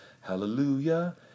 Hallelujah